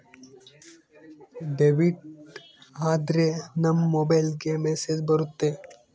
debit ಆದ್ರೆ ನಮ್ ಮೊಬೈಲ್ಗೆ ಮೆಸ್ಸೇಜ್ ಬರುತ್ತೆ